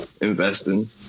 investing